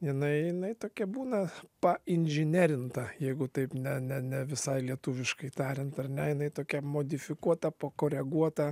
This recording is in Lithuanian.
jinai jinai tokia būna painžinerinta jeigu taip ne ne ne visai lietuviškai tariant ar ne jinai tokia modifikuota pakoreguota